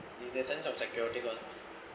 is that sense of security loh